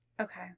Okay